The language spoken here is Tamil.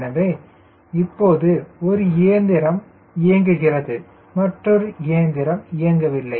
எனவே இப்போது ஒரு இயந்திரம் இயங்குகிறது மற்றொரு இயந்திரம் இயங்கவில்லை